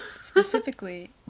Specifically